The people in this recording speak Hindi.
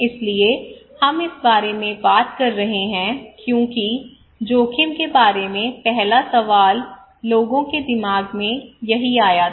इसलिए हम इस बारे में बात कर रहे हैं क्योंकि जोखिम के बारे में पहला सवाल लोगों के दिमाग में यही आया था